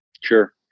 Sure